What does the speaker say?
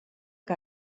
que